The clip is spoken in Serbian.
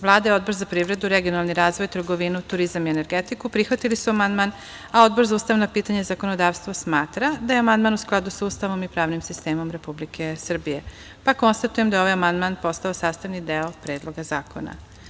Vlada i Odbor za privredu, regionalni razvoj, trgovinu, turizam i energetiku prihvatili su amandman, a Odbor za ustavna pitanja i zakonodavstvo smatra da je amandman u skladu sa Ustavom i pravnim sistemom Republike Srbije, pa konstatujem da je ovaj amandman postao sastavni deo Predloga zakona.